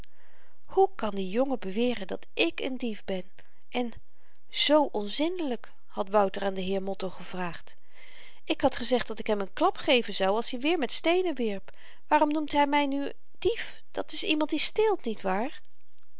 hoe kan die jongen beweren dat ik n dief ben en zoo onzindelyk had wouter aan den heer motto gevraagd ik had gezegd dat ik hem n klap geven zou als i weer met steenen wierp waarom noemt hy my nu dief dat s iemand die steelt niet waar